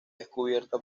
descubierta